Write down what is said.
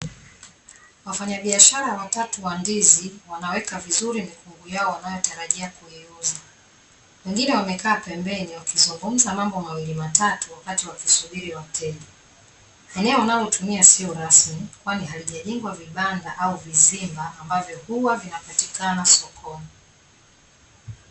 Wafanyabiashara watatu wa ndizi wanaweka vizuri mikungu yao wanayotarajia kuiuza, wengine wamekaa pembeni wakizungumza mambo mawili matatu wakati wakisubiri wateja. Eneo wanalotumia sio rasmi, kwani halijajengwa vibanda au vizimba ambavyo huwa vinapatikana sokoni.